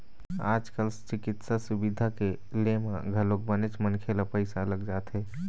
आज कल चिकित्सा सुबिधा के ले म घलोक बनेच मनखे ल पइसा लग जाथे